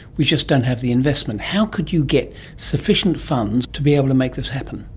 we just don't have the investment. how could you get sufficient funds to be able to make this happen?